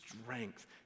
strength